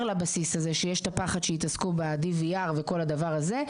לבסיס שיש את הפחד שיתעסקו ב-DVR וכל הדבר הזה,